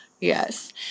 Yes